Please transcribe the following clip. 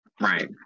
Right